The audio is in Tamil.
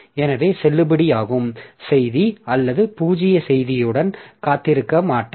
எனவே செல்லுபடியாகும் செய்தி அல்லது பூஜ்ய செய்தியுடன் ரிசீவர் தொடரும் ஆனால் செய்தி கிடைக்கும் வரை ரிசீவர் காத்திருக்க மாட்டார்